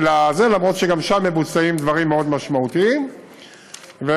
אף שגם שם מבוצעים דברים משמעותיים מאוד.